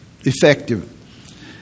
effective